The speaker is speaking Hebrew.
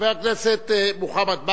חבר הכנסת מוחמד ברכה,